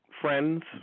friends